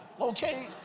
Okay